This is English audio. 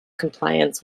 compliance